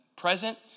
Present